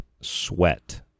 sweat